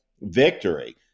victory